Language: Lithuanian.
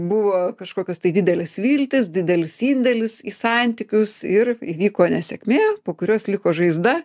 buvo kažkokios tai didelės viltys didelis indėlis į santykius ir įvyko nesėkmė po kurios liko žaizda